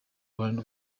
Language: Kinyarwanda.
kuruhande